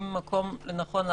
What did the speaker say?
(5)פארק שעשועים כולל לונה פארק,